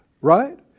Right